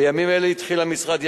בימים אלו התחיל המשרד,